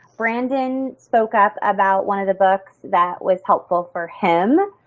brandon spoke up about one of the books that was helpful for him,